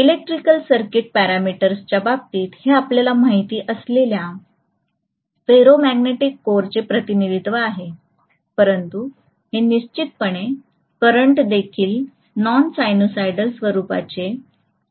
electrical circuit पॅरामीटर्सच्या बाबतीत हे आपल्याला माहित असलेल्या फेरोमॅग्नेटिक कोअरचे प्रतिनिधित्व आहे परंतु हे निश्चितपणे करंट देखील नॉन साइनसॉइडल स्वरुपाचे